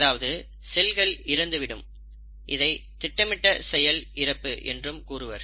அதாவது செல்கள் இறந்து விடும் இதை திட்டமிட்ட செயல் இறப்பு என்றும் கூறுவர்